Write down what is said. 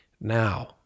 Now